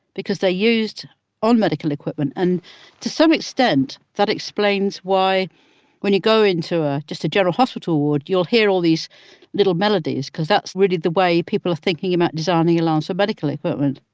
because they're used on medical equipment, and to some extent that explains why when you go into ah just a general hospital ward you'll hear all these little melodies, cause that's really the way people are thinking about designing alarms for medical equipment